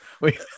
Wait